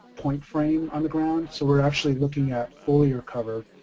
point frame on the ground. so we're actually looking at foliar cover.